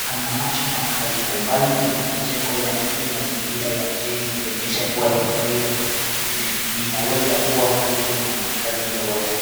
ana macho makali. Kwa umbali kuna majengo ya mji, mazingira ya mjini ikionyesha kua eneo hilo linaweza kua karibu na makazi ya watu.